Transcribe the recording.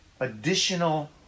additional